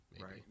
right